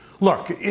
Look